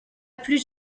plus